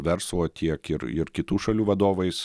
verslo tiek ir ir kitų šalių vadovais